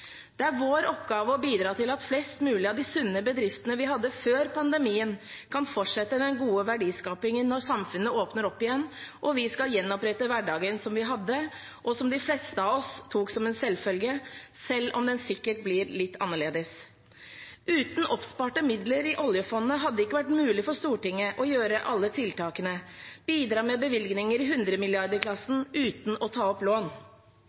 Det er vår oppgave å bidra til at flest mulig av de sunne bedriftene vi hadde før pandemien, kan fortsette den gode verdiskapingen når samfunnet åpner opp igjen. Vi skal gjenopprette hverdagen vi hadde, og som de fleste av oss tok som en selvfølge, selv om den sikkert blir litt annerledes. Uten oppsparte midler i oljefondet hadde det ikke vært mulig for Stortinget å gjøre alle tiltakene og bidra med bevilgninger i 100 milliarder-klassen uten å ta opp lån.